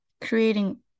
creating